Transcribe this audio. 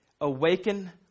Awaken